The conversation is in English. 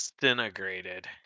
disintegrated